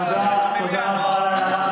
תודה רבה.